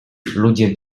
ludzie